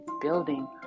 building